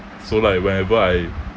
so like whenever I